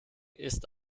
ist